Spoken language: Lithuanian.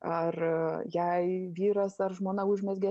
ar jei vyras ar žmona užmezgė